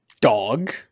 Dog